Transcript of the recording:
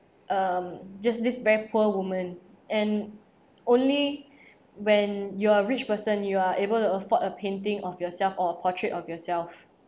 um just this very poor woman and only when you are a rich person you are able to afford a painting of yourself or a portrait of yourself